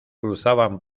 cruzaban